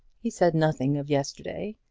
he said nothing of yesterday,